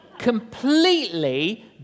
completely